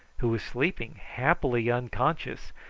who was sleeping happily unconscious,